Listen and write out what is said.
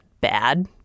bad